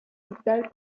vital